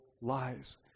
lies